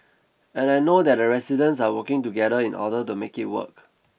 and I know that the residents are working together in order to make it work